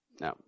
No